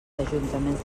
ajuntaments